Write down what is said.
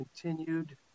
continued